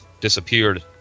disappeared